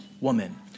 woman